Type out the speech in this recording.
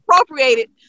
appropriated